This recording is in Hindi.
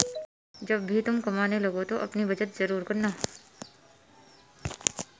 जब भी तुम कमाने लगो तो अपनी बचत जरूर करना